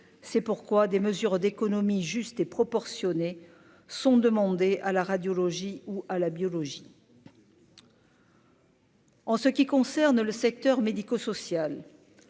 c'est pourquoi des mesures d'économies juste et proportionnée sont demandés à la radiologie ou à la biologie. En ce qui concerne le secteur médico-social,